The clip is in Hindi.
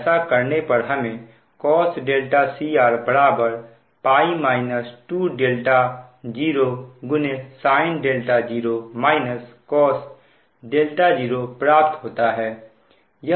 ऐसा करने पर हमें cos cr π 20sin 0 cos 0 प्राप्त होता है